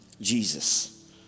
Jesus